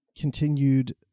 continued